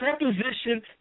preposition